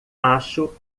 acho